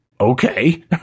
Okay